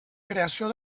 creació